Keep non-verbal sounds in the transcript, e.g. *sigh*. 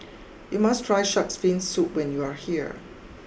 *noise* you must try shark's Fin Soup when you are here